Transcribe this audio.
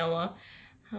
ya lor ya lor